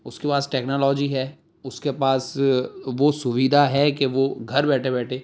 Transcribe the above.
اس کے پاس ٹیکنالوجی ہے اس کے پاس وہ سویدھا ہے کہ وہ گھر بیٹھے بیٹھے